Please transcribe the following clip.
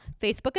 Facebook